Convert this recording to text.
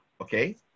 okay